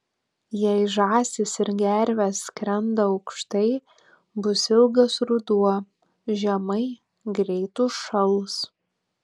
jei žąsys ir gervės skrenda aukštai bus ilgas ruduo žemai greit užšals